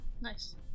Nice